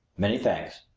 many thanks!